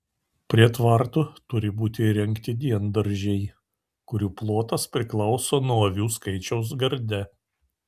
prie tvartų turi būti įrengti diendaržiai kurių plotas priklauso nuo avių skaičiaus garde